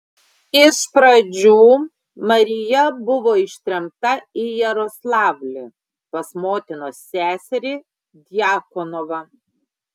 iš pradžių marija buvo ištremta į jaroslavlį pas motinos seserį djakonovą